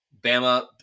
Bama